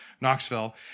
Knoxville